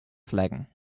phlegm